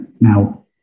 now